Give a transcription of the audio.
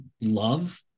love